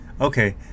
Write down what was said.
Okay